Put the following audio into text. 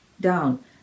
down